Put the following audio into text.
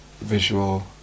visual